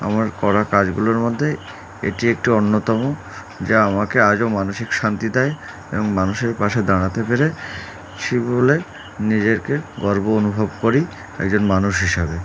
আমার করা কাজগুলোর মধ্যে এটি একটি অন্যতম যা আমাকে আজও মানসিক শান্তি দেয় এবং মানুষের পাশে দাঁড়াতে পেরে সে বলে নিজেরকে গর্ব অনুভব করি একজন মানুষ হিসাবে